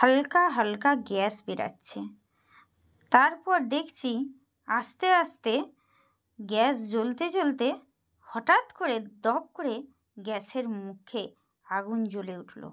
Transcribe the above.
হালকা হালকা গ্যাস বেরোচ্ছে তারপর দেখছি আস্তে আস্তে গ্যাস জ্বলতে জ্বলতে হঠাৎ করে দপ করে গ্যাসের মুখে আগুন জ্বলে উঠল